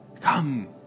come